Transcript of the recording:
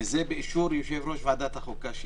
וזה באישור יושב-ראש ועדת החוקה שיהיה.